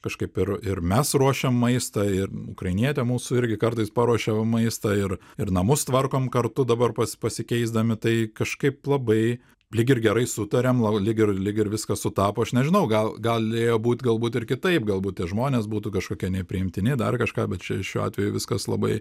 kažkaip ir ir mes ruošiam maistą ir ukrainietė mūsų irgi kartais paruošia maistą ir ir namus tvarkom kartu dabar pas pasikeisdami tai kažkaip labai lyg ir gerai sutariam lyg ir lyg ir viskas sutapo aš nežinau gal galėjo būt galbūt ir kitaip galbūt tie žmonės būtų kažkokie nepriimtini dar kažką bet šiuo šiuo atveju viskas labai